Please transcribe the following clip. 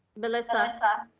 melissa?